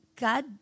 God